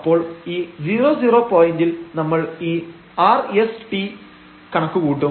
അപ്പോൾ ഈ 00 പോയന്റിൽ നമ്മൾ ഈ r s t ഉം കണക്ക് കൂട്ടും